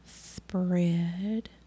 Spread